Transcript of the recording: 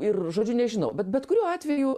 ir žodžiu nežinau bet bet kuriuo atveju